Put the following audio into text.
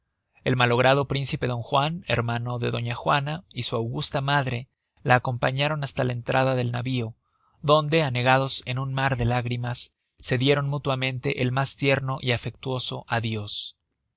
el malogrado príncipe d juan hermano de doña juana y su augusta madre la acompañaron hasta la entrada del navío donde anegados en un mar de lágrimas se dieron mútuamente el mas tierno y afectuoso á dios